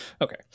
okay